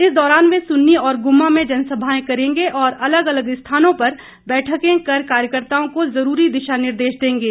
इस दौरान वे सुन्नी और गुम्मा में जनसभाएं करेंगे और अलग अलग स्थानों पर बैठकें कर कार्यकर्त्ताओं को जरूरी दिशा निर्देश देंगे